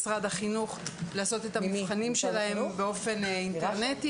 החינוך לעשות את המבחנים שלהם באופן אינטרנטי.